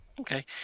Okay